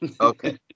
Okay